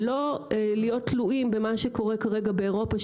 ולא להיות תלויים במה שקורה כרגע באירופה,